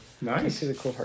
Nice